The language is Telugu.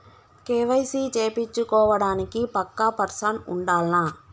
కే.వై.సీ చేపిచ్చుకోవడానికి పక్కా పర్సన్ ఉండాల్నా?